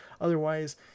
otherwise